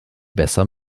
besser